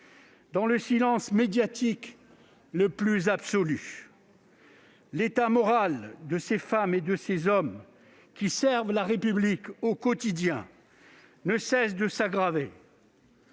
dans le silence médiatique le plus absolu. L'état moral de ces femmes et de ces hommes, qui servent la République au quotidien, ne cesse de s'aggraver.